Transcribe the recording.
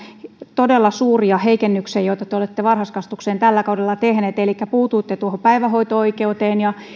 todella suuria heikennyksiä joita te olette varhaiskasvatukseen tällä kaudella tehneet elikkä puutuitte tuohon päivähoito oikeuteen ja